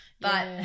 But-